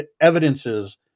evidences